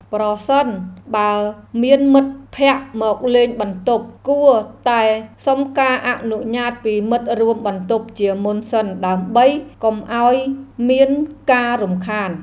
ប្រសិនបើមានមិត្តភក្តិមកលេងបន្ទប់ គួរតែសុំការអនុញ្ញាតពីមិត្តរួមបន្ទប់ជាមុនសិនដើម្បីកុំឱ្យមានការរំខាន។